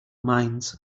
minds